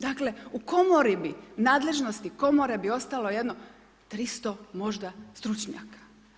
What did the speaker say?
Dakle, u komori bi nadležnosti komore bi ostalo jedno 300 možda stručnjaka.